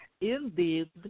Indeed